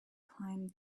climbed